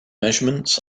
measurements